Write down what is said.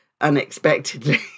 unexpectedly